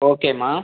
ஓகேம்மா